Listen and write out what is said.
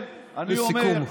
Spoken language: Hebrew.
לכן, אני אומר --- לסיכום.